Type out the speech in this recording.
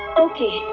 okay!